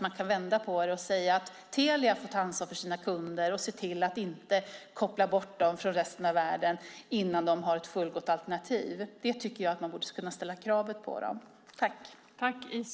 Man kan vända på det och säga: Telia får ta ansvar för sina kunder och se till att inte koppla bort dem från resten av världen innan de har ett fullgott alternativ. Det kravet borde man kunna ställa på Telia.